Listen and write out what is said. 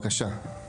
בבקשה.